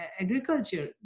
agriculture